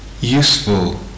useful